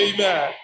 Amen